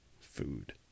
food